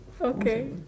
Okay